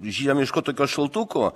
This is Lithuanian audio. žiemiško tokio šaltuko